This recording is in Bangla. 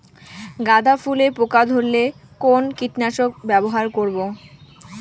গাদা ফুলে পোকা ধরলে কোন কীটনাশক ব্যবহার করব?